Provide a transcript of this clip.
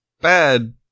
bad